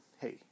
Hey